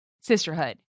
sisterhood